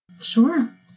Sure